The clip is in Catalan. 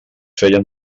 feien